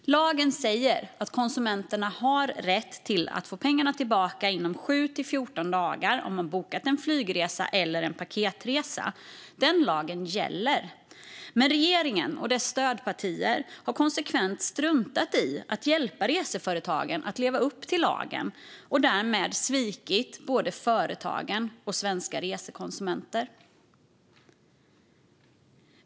Lagen säger att konsumenten har rätt att få pengarna tillbaka inom 7-14 dagar om man bokat en flygresa eller en paketresa. Den lagen gäller. Men regeringen och dess stödpartier har konsekvent struntat i att hjälpa reseföretagen att leva upp till lagen och har därmed svikit både företagen och svenska resekonsumenter.